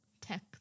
tech